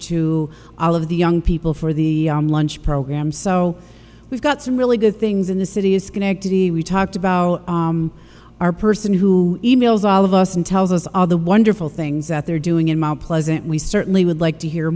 to all of the young people for the lunch program so we've got some really good things in the city of schenectady we talked about our person who e mails all of us and tells us all the wonderful things that they're doing in mount pleasant we certainly would like to hear